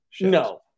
No